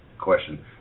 question